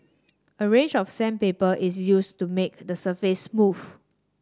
a range of sandpaper is used to make the surface smooth